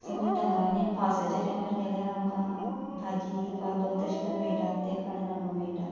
समज दोंगरांनी पावसाच्या टायमार गेल्यार आमकां भाजी पालो तेश कोन्न मेळटा तें काडून हाडपाक मेळटा